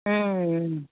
अँ